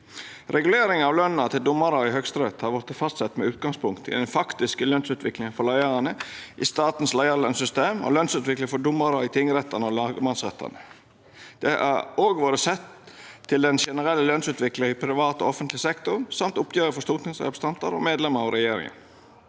Regulering av løna til domarane i Høgsterett har vorte fastsett med utgangspunkt i den faktiske lønsutviklinga for leiarane i statens leiarlønssystem og lønsutviklinga for domarane i tingrettane og lagmannsrettane. Det har òg vore sett til den generelle lønsutviklinga i privat og offentleg sektor og oppgjeret for stortingsrepresentantane og medlemene av regjeringa.